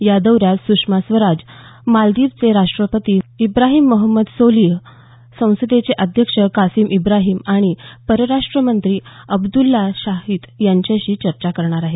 या दौऱ्यात सुषमा स्वराज मालदीवचे राष्ट्रपती इब्राहिम मोहम्मद सोलीह संसदेचे अध्यक्ष कासिम इब्राहिम आणि परराष्ट्र मंत्री अब्दुल्ला शाहिद यांच्याशी चर्चा करणार आहेत